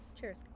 cheers